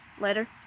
Later